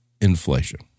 inflation